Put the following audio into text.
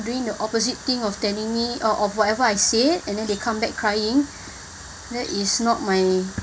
doing the opposite thing of telling me uh of whatever I said and then they come back crying that is not my